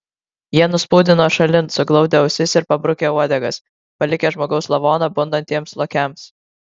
jie nuspūdino šalin suglaudę ausis ir pabrukę uodegas palikę žmogaus lavoną bundantiems lokiams